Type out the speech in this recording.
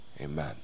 Amen